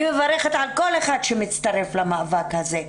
אני מברכת על כל אחד שמצטרף למאבק הזה,